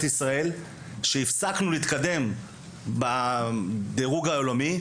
ישראל שהפסקנו להתקדם בדירוג העולמי,